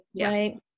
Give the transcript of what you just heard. right